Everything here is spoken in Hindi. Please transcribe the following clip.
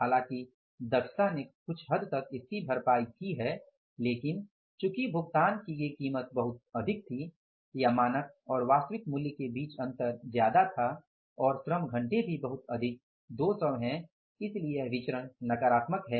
हालांकि दक्षता ने कुछ हद इसकी भरपाई की है लेकिन चूंकि भुगतान की गई कीमत बहुत अधिक थी या मानक और वास्तविक मूल्य के बिच अंतर ज्यादा था और श्रम घंटे भी बहुत अधिक 200 हैं